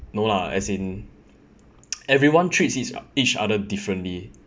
no lah as in everyone treats each each other differently